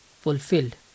fulfilled